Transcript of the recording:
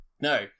No